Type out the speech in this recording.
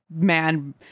man